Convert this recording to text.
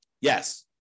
Yes